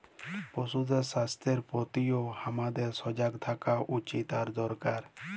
পশুদের স্বাস্থ্যের প্রতিও হামাদের সজাগ থাকা উচিত আর দরকার